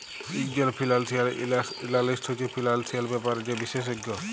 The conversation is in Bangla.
ইকজল ফিল্যালসিয়াল এল্যালিস্ট হছে ফিল্যালসিয়াল ব্যাপারে যে বিশেষজ্ঞ